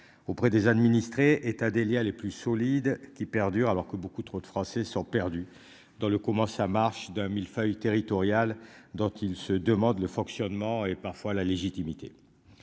Auprès des administrés État Délia les plus solides qui perdure, alors que beaucoup trop de Français sont perdus dans le, comment ça marche d'un mille-feuille territorial dont ils se demandent le fonctionnement et parfois la légitimité.